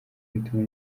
bituma